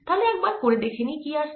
তাহলে একবার করে দেখে নিই কি আসছে